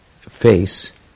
face